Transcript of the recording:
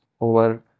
over